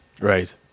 Right